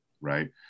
Right